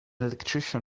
electrician